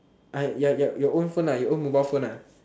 ya ya your own phone your own mobile phone lah